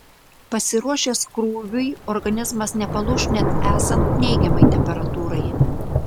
pasiruošęs krūviui organizmas nepalūš net esant neigiamai temperatūrai